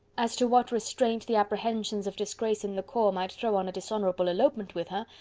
as to what restraint the apprehensions of disgrace in the corps might throw on a dishonourable elopement with her,